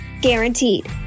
Guaranteed